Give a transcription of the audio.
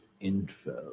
info